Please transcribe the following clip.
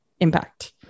impact